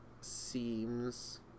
seems